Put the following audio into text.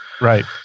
Right